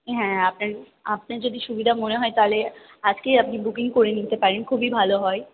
হ্যাঁ আপনার আপনার যদি সুবিধা মনে হয় তাহলে আজকেই আপনি বুকিং করে নিতে পারেন খুবই ভালো হয়